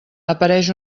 apareix